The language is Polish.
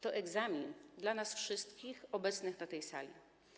To egzamin dla nas wszystkich obecnych na tej sali.